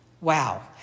Wow